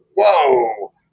whoa